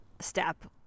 Step